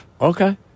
okay